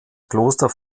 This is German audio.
kloster